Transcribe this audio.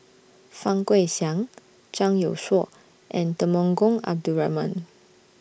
Fang Guixiang Zhang Youshuo and Temenggong Abdul Rahman